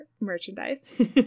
merchandise